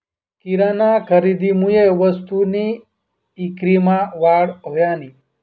किराना खरेदीमुये वस्तूसनी ईक्रीमा वाढ व्हयनी